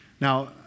Now